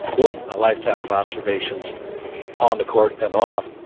wooden a lifetime of observations on the court and off.